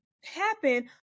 happen